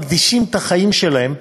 מקדישים את החיים שלהם,